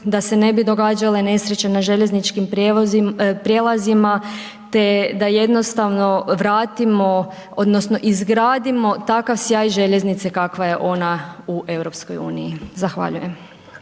da se ne bi događale nesreće na željezničkim prijelazima te da jednostavno vratimo odnosno izgradimo takav sjaj željeznice kakva je ona u EU. Zahvaljujem.